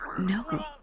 No